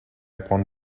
upon